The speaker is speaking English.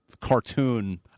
cartoon